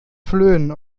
flöhen